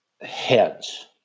heads